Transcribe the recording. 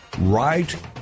Right